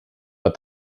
but